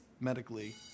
medically